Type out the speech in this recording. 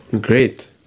Great